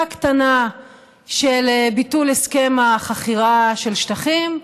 קטנה של ביטול הסכם החכירה של שטחים.